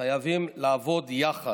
שחייבים לעבוד יחד.